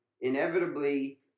inevitably